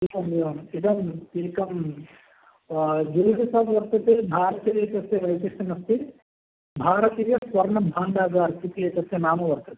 एवम् एवम् इदम् एकं जुवेलरि शोप् वर्तते भारते तस्य वैशिष्ट्यमस्ति भारतीयस्वर्णभाण्डागार् इति एतस्य नाम वर्तते